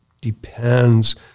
depends